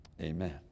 amen